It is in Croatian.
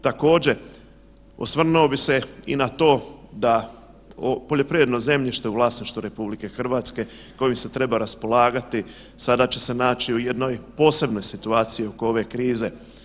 Također, osvrnuo bi se i na to da poljoprivredno zemljište u vlasništvu RH kojim se treba raspolagati sada će se naći u jednoj posebnoj situaciji oko ove krize.